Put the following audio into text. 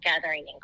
gathering